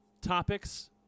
topics